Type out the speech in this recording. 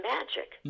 Magic